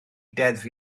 deddf